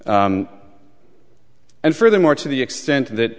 and furthermore to the extent that